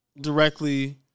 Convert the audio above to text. directly